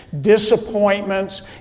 disappointments